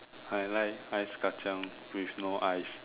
I like ice Kachang with no ice